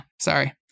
Sorry